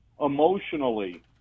emotionally